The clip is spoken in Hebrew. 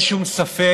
אין שום ספק